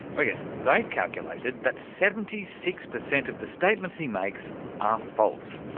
oh yes, they've calculated that seventy six percent of the statements he makes are false.